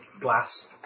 glass